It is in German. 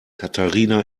katharina